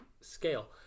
scale